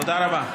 תודה רבה.